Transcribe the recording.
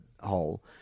hole